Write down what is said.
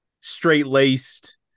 straight-laced